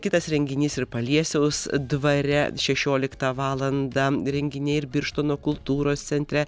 kitas renginys ir paliesiaus dvare šešioliktą valandą renginiai ir birštono kultūros centre